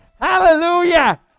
Hallelujah